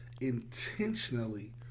intentionally